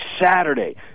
Saturday